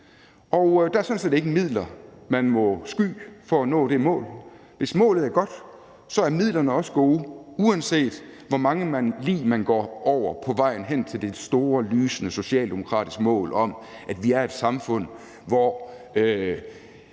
og at der sådan set ikke er nogen midler, man må sky for at nå det mål, og hvis målet er godt, er midlerne også gode, uanset hvor mange lig man går over på vejen hen til det store, lysende socialdemokratiske mål om, at vi er et samfund, hvor